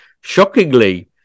shockingly